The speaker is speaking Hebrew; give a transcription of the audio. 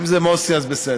אם זה מוסי, אז בסדר.